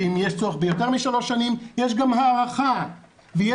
ואם יש צורך ביותר משלוש שנים יש גם הארכה ויש